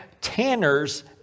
tanners